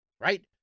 right